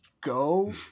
go